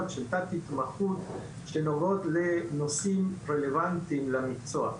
תת-התמחות שנוגעות לנושאים רלוונטיים למקצוע.